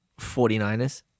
49ers